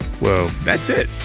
well, that's it.